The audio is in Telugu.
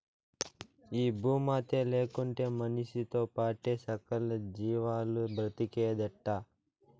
ఈ భూమాతే లేకుంటే మనిసితో పాటే సకల జీవాలు బ్రతికేదెట్టా